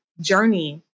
journey